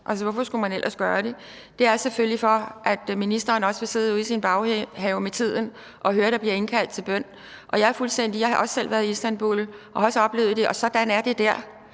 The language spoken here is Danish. – hvorfor skulle man ellers gøre det? – og det er selvfølgelig, at også ministeren så vil sidde ude i sin baghave med tiden og høre, at der bliver indkaldt til bøn. Jeg har også selv været i Istanbul og oplevet det, og sådan er det der;